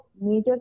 major